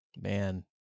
Man